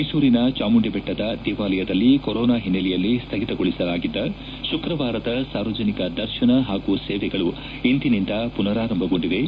ಮೈಸೂರಿನ ಚಾಮುಂಡಿಬೆಟ್ಸದ ದೇವಾಲಯದಲ್ಲಿ ಕೊರೋನಾ ಒನ್ನೆಲೆಯಲ್ಲಿ ಸ್ಥಗಿತಗೊಳಿಸಲಾಗಿದ್ದ ಶುಕ್ರವಾರದ ಸಾರ್ವಜನಿಕ ದರ್ಶನ ಹಾಗೂ ಸೇವೆಗಳು ಇಂದಿನಿಂದ ಪುನರಾರಂಭಗೊಂಡಿವೆ